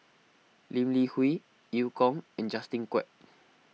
Lee Li Hui Eu Kong and Justin Quek